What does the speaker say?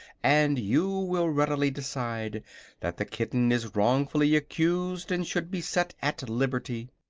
and you will readily decide that the kitten is wrongfully accused and should be set at liberty.